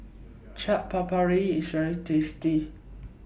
Chaat Papri IS very tasty